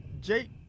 Jake